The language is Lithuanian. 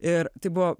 ir tai buvo